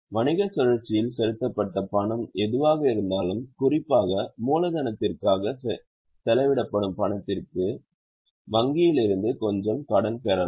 வணிகச் சுழற்சியில் செலுத்தப்பட்ட பணம் எதுவாக இருந்தாலும் குறிப்பாக மூலதனத்திற்காக செலவிடப்படும் பணத்திற்கு வங்கியில் இருந்து கொஞ்சம் கடன் பெறலாம்